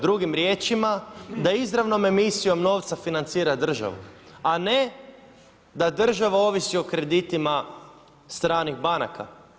Drugim riječima, da izravnom emisijom novca financira državu, a ne da država ovisi o kreditima stranih banaka.